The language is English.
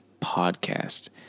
podcast